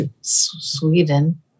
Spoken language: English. Sweden